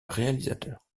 réalisateur